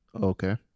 Okay